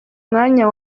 mwanya